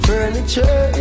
Furniture